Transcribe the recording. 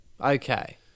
Okay